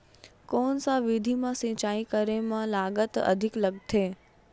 कोन सा विधि म सिंचाई करे म लागत अधिक लगथे?